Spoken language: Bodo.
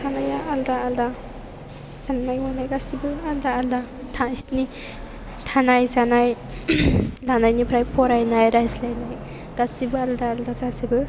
थानाया आलादा आलादा साननाय हनाय गासैबो आलादा आलादा बिसोरनि थानाय जानाय लानायनिफ्राय फरायनाय रायज्लायनाय गासैबो आलादा आलादा जाजोबो